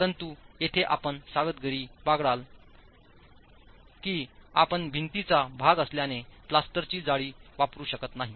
परंतु येथे आपण सावधगिरी बाळगाल की आपण भिंतीचा भाग असल्याने प्लास्टरची जाडी वापरू शकत नाही